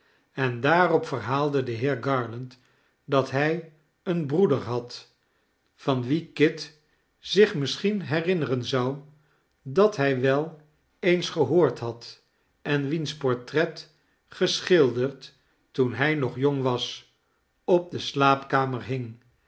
en daarop verhaalde de heer garland dat hij een broeder had van wien kit zich misschien herinneren zou dat hij wel eens gehoord had en wiens portret geschilderd toen hij nog jong was op de slaapkamer hing